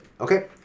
Okay